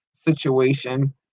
situation